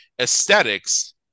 aesthetics